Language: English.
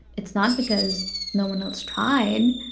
it's not because no one else tried.